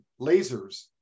lasers